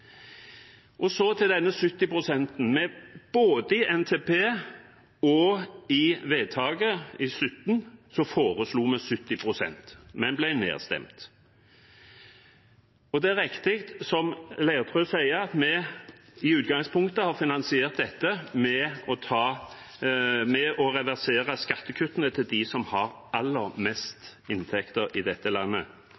Så til disse 70 pst. Både i NTP og i forslaget i 2017 foreslo vi 70 pst., men ble nedstemt. Det er riktig som Leirtrø sier, at vi i utgangspunktet har villet finansiere dette med å reversere skattekuttene til dem som har aller